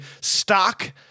stock